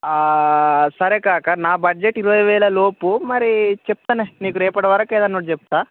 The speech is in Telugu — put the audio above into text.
సరే కాకా నా బడ్జెట్ ఇరవై వేల లోపు మరి చెప్తానే రేపటి వరకు ఏదన్నా ఒకటి చెప్తా